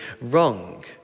wrong